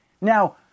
Now